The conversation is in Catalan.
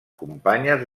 companyes